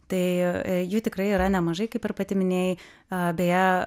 tai jų tikrai yra nemažai kaip ir pati minėjai a beje